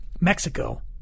Mexico